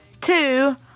two